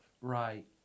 Right